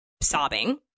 sobbing